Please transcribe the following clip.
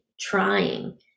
trying